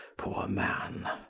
poore man